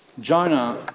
Jonah